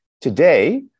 Today